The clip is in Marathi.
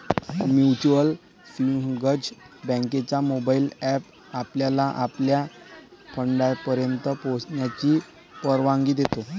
म्युच्युअल सेव्हिंग्ज बँकेचा मोबाइल एप आपल्याला आपल्या फंडापर्यंत पोहोचण्याची परवानगी देतो